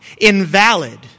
Invalid